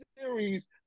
series